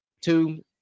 two